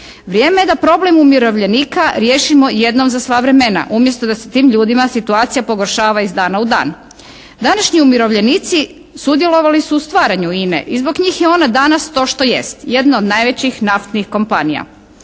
Vrijeme je da problem umirovljenika riješimo jednom za sva vremena, umjesto da se tim ljudima situacija pogoršava iz dana u dan. Današnji umirovljenici sudjelovali su u stvaranju INA-e i zbog njih je ona danas to što jest, jedno od najvećih naftnih kompanija.